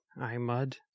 I'mud